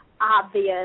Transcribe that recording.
obvious